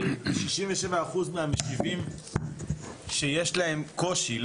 67% מהמשיבים שיש להם קושי.